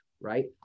right